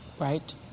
right